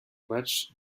match